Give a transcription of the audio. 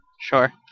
Sure